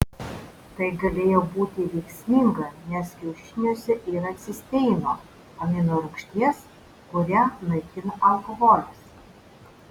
tai galėjo būti veiksminga nes kiaušiniuose yra cisteino amino rūgšties kurią naikina alkoholis